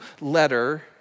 letter